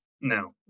No